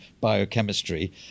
biochemistry